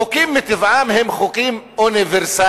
חוקים מטבעם הם אוניברסליים.